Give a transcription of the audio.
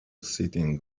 sitting